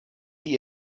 die